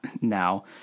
now